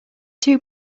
two